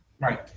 right